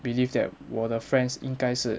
believe that 我的 friends 应该是